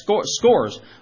scores